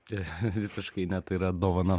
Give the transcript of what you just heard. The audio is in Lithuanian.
visiškai tai yra dovana